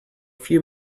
few